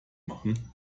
machen